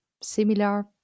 similar